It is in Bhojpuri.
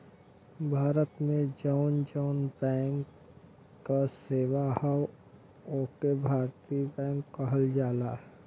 भारत में जौन जौन बैंक क सेवा हौ ओके भारतीय बैंक कहल जाला